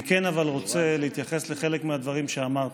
אבל אני כן רוצה להתייחס לחלק מהדברים שאמרת.